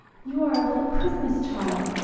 you are a little christmas child,